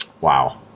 Wow